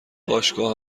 باشگاه